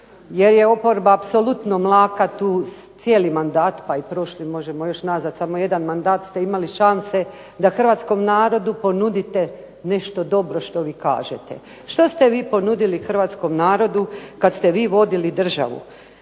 jer je oporba apsolutno mlaka tu cijeli mandat, pa i prošli, možemo nazvati, samo jedan mandat ste imali šanse da Hrvatskom narodu ponudite nešto dobro što vi kažete. Što ste vi ponudili Hrvatskom narodu kada ste vodili državu.